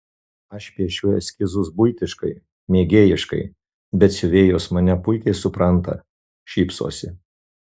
aš piešiu eskizus buitiškai mėgėjiškai bet siuvėjos mane puikiai supranta šypsosi